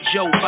Joe